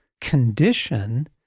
condition